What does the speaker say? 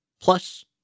plus